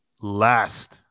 Last